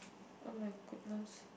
oh-my-goodness